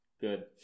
Good